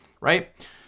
right